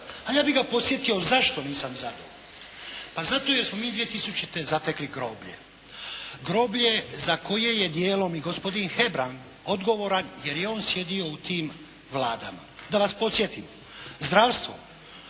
A ja bih ga podsjetio zašto nisam zadovoljan? Pa zato je smo mi 2000. zatekli groblje. Groblje za koje je dijelom i gospodin Hebrang odgovoran jer je on sjedio u tim Vladama. Da vas podsjetim. Zdravstvo,